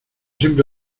siempre